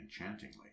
enchantingly